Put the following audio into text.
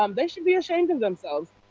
um they should be ashamed of themselves.